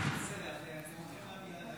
ההצעה להעביר את